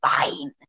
fine